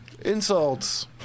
Insults